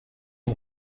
ont